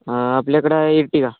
आपल्याकडं आहे एर्टिगा